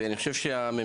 ואני חושב שהממשלה,